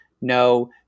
No